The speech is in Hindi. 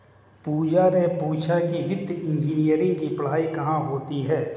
पूजा ने पूछा कि वित्तीय इंजीनियरिंग की पढ़ाई कहाँ होती है?